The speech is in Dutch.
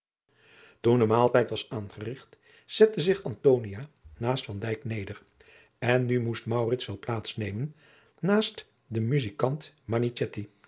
toen de maaltijd was aangerigt zette zich antonia naast van dijk neder en nu moest maurits wel plaats nemen haast den muzijkant